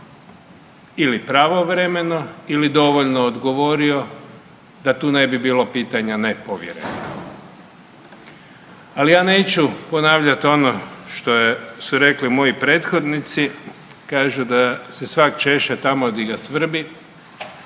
ili pravovremeno ili dovoljno odgovorio da tu ne bi bilo pitanja nepovjerenja. Ali ja neću ponavljat ono što su rekli moji prethodnici, kažu da se svak češe tamo di ga svrbi,